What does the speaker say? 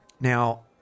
Now